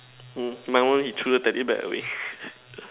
oh my one he threw the teddy bear away